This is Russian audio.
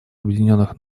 объединенных